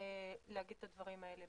להגיד את הדברים האלה.